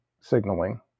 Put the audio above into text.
signaling